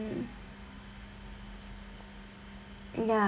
ya